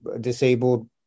disabled